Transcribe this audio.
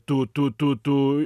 tų tų tų tų